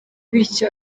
bityo